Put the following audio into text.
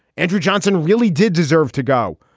andrew johnson really did deserve to go.